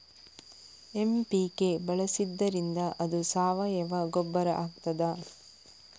MPK ಬಳಸಿದ್ದರಿಂದ ಅದು ಸಾವಯವ ಗೊಬ್ಬರ ಆಗ್ತದ?